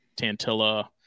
Tantilla